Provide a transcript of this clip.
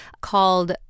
called